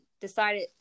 decided